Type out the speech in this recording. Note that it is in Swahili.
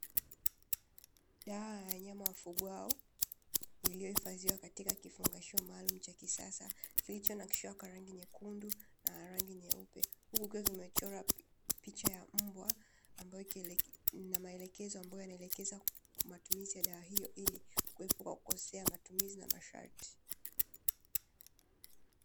Dawa ya wanyama wafugwao iliohifadhiwa katika kifungashio maalumu cha kisasa kilichonakshiwa kwa rangi nyekundu na rangi nyeupe, huku zikiwa zimechorwa picha ya mbwa na maelekezo yanayoelekeza matumizi ya dawa hiyo; ili kuepuka kukosea matumizi na masharti.